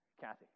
kathy